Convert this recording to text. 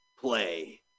play